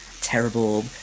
terrible